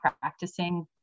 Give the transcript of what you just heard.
practicing